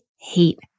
hate